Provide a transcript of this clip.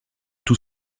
tout